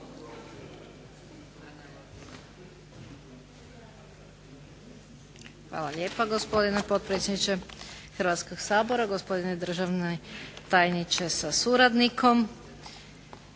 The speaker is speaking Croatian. Hvala lijepa, gospodine potpredsjedniče Hrvatskoga sabora. Gospodine državni tajniče sa suradnikom.